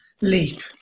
leap